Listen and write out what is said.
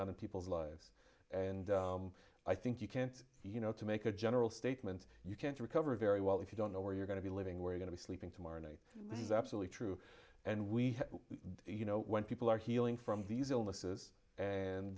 on in people's lives and i think you can't you know to make a general statement you can't recover very well if you don't know where you're going to be living we're going to be sleeping tomorrow night is absolutely true and we you know when people are healing from these illnesses and